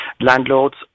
landlords